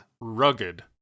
rugged